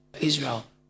Israel